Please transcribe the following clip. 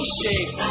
shape